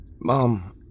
Mom